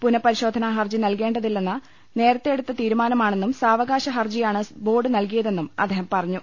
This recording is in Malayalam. പുനപരിശോധനാ ഹർജി നൽകേണ്ടതി ല്ലെന്ന് നേരത്തെയെടുത്ത തീരുമാനമാണെന്നും സാവകാശ ഹർജിയാണ് ബോർഡ് നൽകിയതെന്നും അദ്ദേഹം പ്പറഞ്ഞു